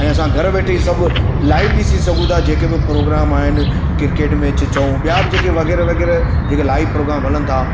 ऐं असां घर वेठे ई सभु लाइव ॾिसी सघूं था जेके बि प्रोग्राम आहिनि किर्केट मैच चऊं ॿिया बि जेके वग़ैरह वग़ैरह जेका लाइव प्रोग्राम हलनि था